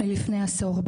לפני עשור,